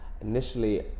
initially